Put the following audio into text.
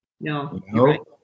No